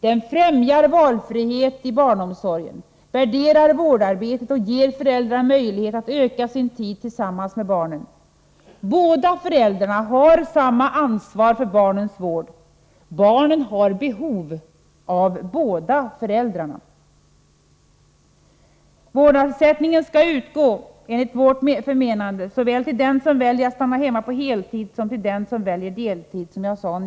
Den främjar valfrihet i barnomsorgen, värderar vårdarbetet och ger föräldrar möjlighet att öka sin tid tillsammans med barnen. Båda föräldrarna har samma ansvar för barnens vård. Barnen har behov av båda föräldrarna. Vårdnadsersättningen skall enligt vårt förmenande utgå såväl till den som väljer att stanna hemma på heltid som till den som väljer deltid, som jag nyss sade.